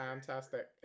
Fantastic